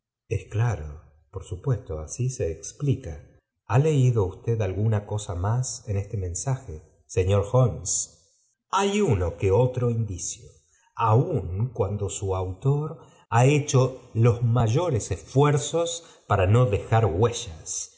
es claro por supuesto así se explica i ha leído usted alguna oosa más en este mensaje señor holmes hay uno que otro indicio aun cuando su autor ha hecho los mayores esfuerzos para no dejar huellas